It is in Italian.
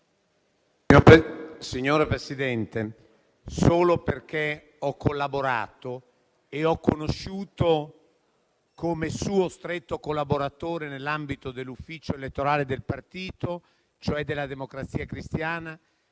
Signor Presidente, solo perché ho collaborato e ho conosciuto come suo stretto collaboratore nell'ambito dell'ufficio elettorale del partito, cioè della Democrazia Cristiana,